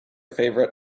favorite